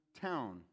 town